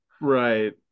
Right